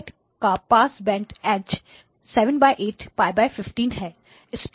I का पास band edge 78π15 है